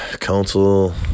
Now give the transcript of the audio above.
Council